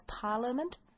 Parliament